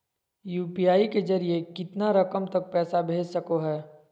UPI के जरिए कितना रकम तक पैसा भेज सको है?